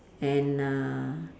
and uh